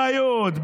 בלי בעיות,